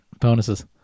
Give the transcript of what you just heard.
bonuses